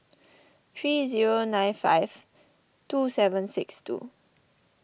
three zero nine five two seven six two